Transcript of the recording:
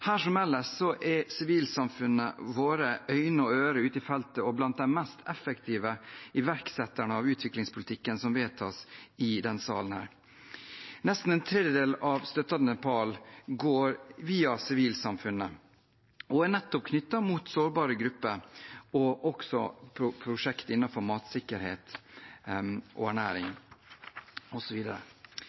Her som ellers er sivilsamfunnet våre øyne og ører ute i felten og blant de mest effektive iverksetterne av utviklingspolitikken som vedtas i denne salen. Nesten en tredjedel av støtten til Nepal går via sivilsamfunnet og er nettopp knyttet til sårbare grupper og